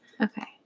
Okay